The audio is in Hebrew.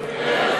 מאיר פרוש,